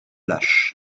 lâche